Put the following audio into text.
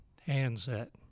handset